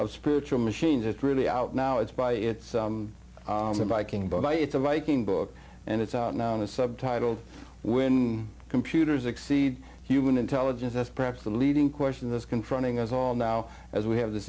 of spiritual machines it's really out now it's by its viking but it's a viking book and it's out now in the subtitled when computers exceed human intelligence as perhaps the leading question this confronting us all now as we have this